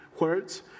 words